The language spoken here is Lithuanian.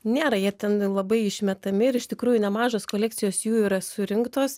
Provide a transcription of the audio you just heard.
nėra jie ten labai išmetami ir iš tikrųjų nemažos kolekcijos jų yra surinktos